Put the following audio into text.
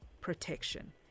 protection